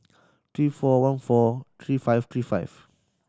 three four one four three five three five